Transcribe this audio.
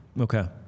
okay